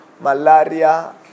malaria